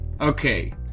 Okay